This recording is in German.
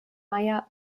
mayer